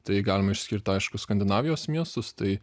tai galima išskirt aišku skandinavijos miestus tai